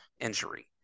injury